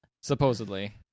supposedly